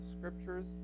scriptures